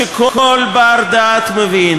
דברו באופן מובהק